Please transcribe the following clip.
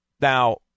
Now